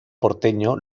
porteño